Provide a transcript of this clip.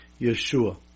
Yeshua